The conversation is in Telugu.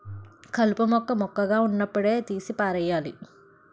కలుపు మొక్క మొక్కగా వున్నప్పుడే తీసి పారెయ్యాలి